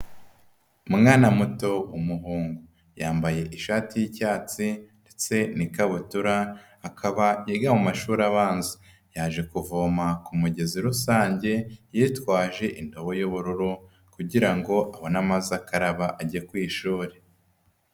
Umwana muto w'umuhungu. yambaye ishati y'icyatsi ndetse n'ikabutura, akaba yiga mu mashuri abanza. yaje kuvoma ku mugezi rusange yitwaje indobo y'ubururu, kugira ngo abone amazi akaraba ajye ku ishuri.